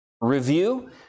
review